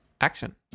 action